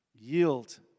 yield